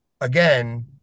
again